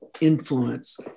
influence